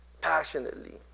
Passionately